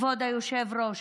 כבוד היושב-ראש,